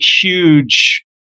huge